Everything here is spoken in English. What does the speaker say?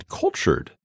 cultured